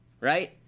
right